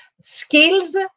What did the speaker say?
skills